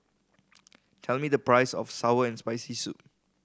tell me the price of sour and Spicy Soup